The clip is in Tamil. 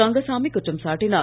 ரங்கசாமி குற்றம் சாட்டினார்